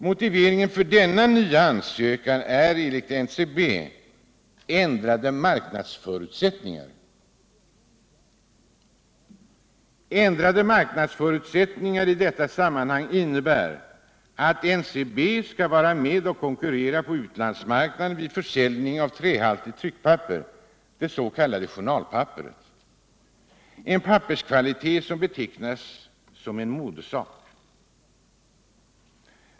Motiveringen för denna nya ansökan är enligt NCB ändrade marknadsförutsättningar. Ändrade marknadsförutsättningar i detta sammanhang innebär att NCB skall vara med och konkurrera på utlandsmarknaden vid försäljning av trähaltigt tryckpapper, det s.k. journalpapperet, en papperskvalitet som betecknas som en modesak.